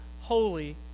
holy